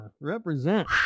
Represent